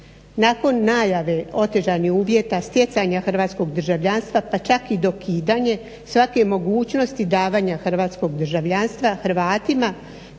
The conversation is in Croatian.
Nakon najave otežanih uvjeta stjecanja hrvatskog državljanstva pa čak i dokidanje svake mogućnosti davanja hrvatskog državljanstva Hrvatima